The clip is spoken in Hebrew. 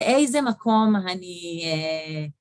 איזה מקום אני...